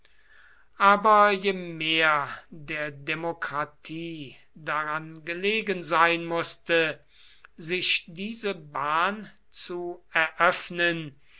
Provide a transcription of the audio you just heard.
aber je mehr der demokratie daran gelegen sein mußte sich diese bahn zu eröffnen